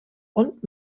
und